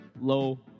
low